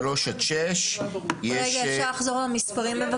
אפשר לחזור על המספרים?